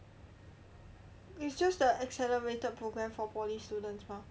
it's just the accelerated program for poly students mah